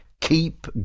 Keep